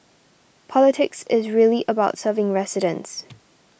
politics is really about serving residents